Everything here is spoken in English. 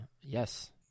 Yes